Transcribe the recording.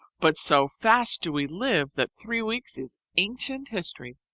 but so fast do we live, that three weeks is ancient history.